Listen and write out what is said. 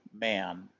man